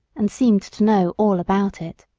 and seemed to know all about it.